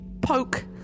Poke